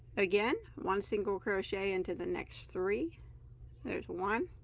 again one single crochet into the next three there's one